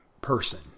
person